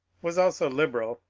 was also liberal,